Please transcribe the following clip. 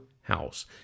house